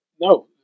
No